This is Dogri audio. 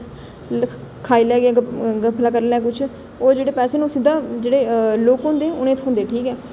खाई लैग गफला करी लैग कुछ ओह् जेह्ड़े पैसे न ओह् सिद्धा जेह्डे़ लोक होंदे उ'नें ई थ्होंदे ठीक ऐ